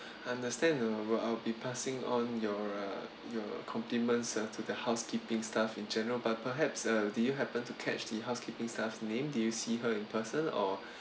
understand I'll be passing on your uh your compliments ah to the housekeeping staff in general but perhaps uh did you happen to catch the housekeeping staff name did you see her in person or